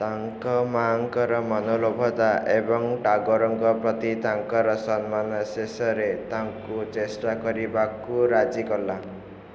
ତାଙ୍କ ମାଆଙ୍କର ମନଲୋଭାତା ଏବଂ ଟାଗୋରଙ୍କ ପ୍ରତି ତାଙ୍କର ସମ୍ମାନ ଶେଷରେ ତାଙ୍କୁ ଚେଷ୍ଟା କରିବାକୁ ରାଜି କଲା